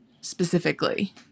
specifically